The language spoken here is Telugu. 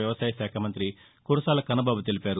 వ్యవసాయ శాఖ మంతి కురసాల కన్నబాబు తెలిపారు